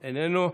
איננו,